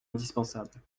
indispensable